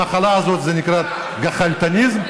המחלה הזאת נקראת "גח"לטניזם".